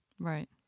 Right